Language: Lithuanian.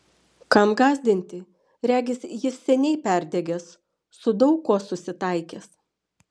kam gąsdinti regis jis seniai perdegęs su daug kuo susitaikęs